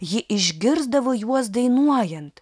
ji išgirsdavo juos dainuojant